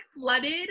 flooded